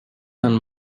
men